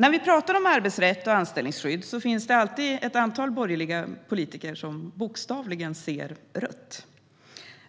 När vi talar om arbetsrätt och anställningsskydd finns det alltid ett antal borgerliga politiker som bokstavligen ser rött.